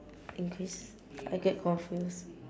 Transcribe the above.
increase I get confused